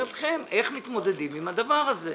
אתכם בשאלה איך מתמודדים עם הדבר הזה.